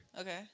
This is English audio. Okay